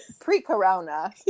pre-corona